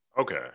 Okay